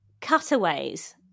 cutaways